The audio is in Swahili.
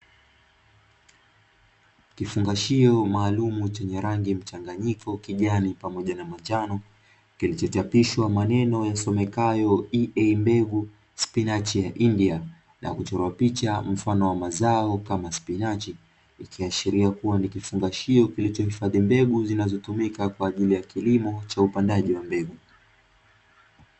Kifungashio maalumu chenye rangi mchanganyiko, kijani pamoja na manjano, kilichochapishwa maneno yasomekayo "EA mbegu spinachi ya india", na kuchora picha mfano wa mazao kama spinachi, ikiashiria kuwa nikifungashio kilichohifadhi mbegu zinazotumika kwa ajili ya kilimo cha upandaji wa mbegu.